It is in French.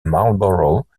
marlborough